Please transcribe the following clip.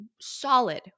solid